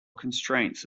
constraints